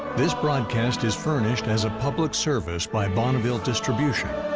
this broadcast is furnished as a public service by bonneville distribution.